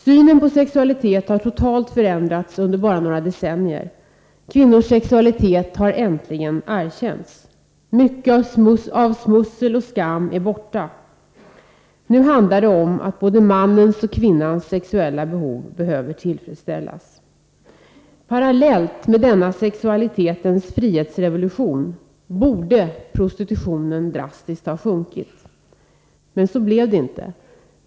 Synen på sexualitet har totalt förändrats under bara några decennier. Kvinnors sexualitet har äntligen erkänts. Mycket av smussel och skam är borta. Nu handlar det om att både mannens och kvinnans sexuella behov behöver tillfredsställas. Parallellt med denna sexualitetens frihetsrevolution borde prostitutionen drastiskt ha minskat. Men så blev det inte.